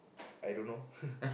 I dunno